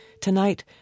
Tonight